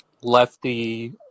lefty